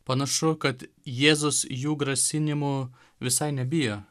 panašu kad jėzus jų grasinimų visai nebijo